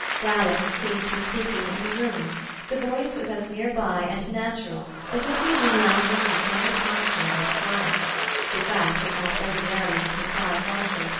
dallas seemed to be speaking in the room the voice was as near by and natural as if he had been lounging in his favourite arm-chair by the fire the fact would not ordinarily have surprised archer,